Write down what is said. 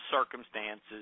circumstances